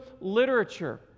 literature